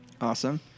Awesome